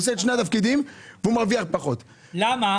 למה?